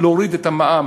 להוריד את המע"מ.